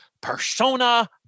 persona